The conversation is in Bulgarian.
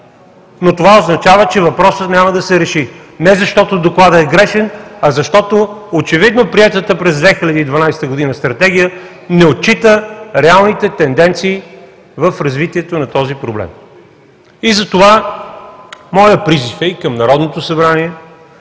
Това означава, че въпросът няма да се реши не защото Докладът е грешен, а защото очевидно приетата през 2012 г. Стратегия не отчита реалните тенденции в развитието на този проблем. Моят призив е и към Народното събрание,